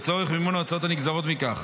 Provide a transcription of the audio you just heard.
לצורך מימון ההוצאות הנגזרות מכך.